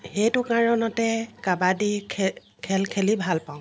সেইটো কাৰণতে কাবাডি খেল খেলি ভাল পাওঁ